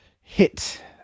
hit